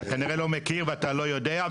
ואתה כנראה לא מכיר ולא יודע,